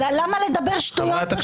למה לדבר שטויות?